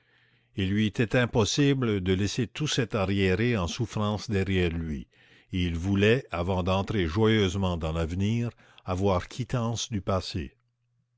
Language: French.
il lui était impossible de laisser tout cet arriéré en souffrance derrière lui et il voulait avant d'entrer joyeusement dans l'avenir avoir quittance du passé